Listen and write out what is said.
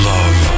Love